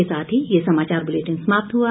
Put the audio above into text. इसी के साथ ये समाचार बुलेटिन समाप्त हुआ